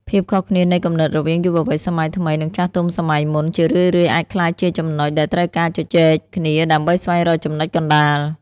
ភាពខុសគ្នានៃគំនិតរវាងយុវវ័យសម័យថ្មី និងចាស់ទុំសម័យមុន ជារឿយៗអាចក្លាយជាចំណុចដែលត្រូវការការជជែកគ្នាដើម្បីស្វែងរកចំណុចកណ្ដាល។